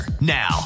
now